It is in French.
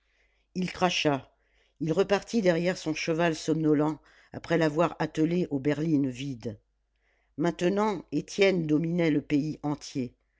il cracha il repartit derrière son cheval somnolent après l'avoir attelé aux berlines vides maintenant étienne dominait le pays entier